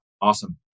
Awesome